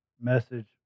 message